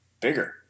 bigger